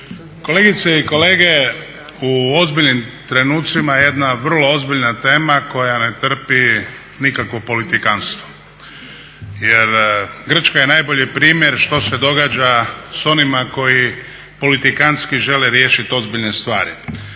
Kolegice i kolege u ozbiljnim trenucima jedna vrlo ozbiljna tema koja ne trpi nikakvo politikanstvo. Jer Grčka je najbolji primjer što se događa sa onima koji politikanski žele riješiti ozbiljne stvari.